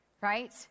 right